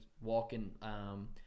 walking –